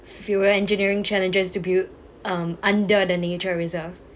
fewer engineering challenges to build um under the nature reserve